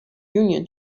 union